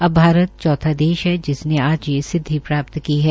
अब भारत चौथा देश है जिसने आज यह सिद्वि प्राप्त की है